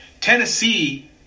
Tennessee